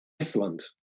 Iceland